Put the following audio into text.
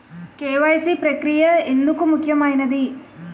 KYC ప్రక్రియ ఎందుకు ముఖ్యమైనది?